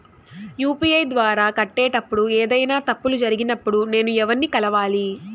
UPI ద్వారా కట్టేటప్పుడు ఏదైనా తప్పులు జరిగినప్పుడు నేను ఎవర్ని కలవాలి?